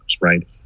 right